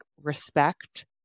respect